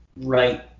right